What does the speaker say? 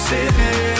City